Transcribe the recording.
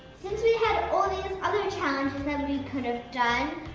since we have all of these other challenges that we could've done,